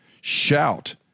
Shout